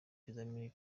ibizamini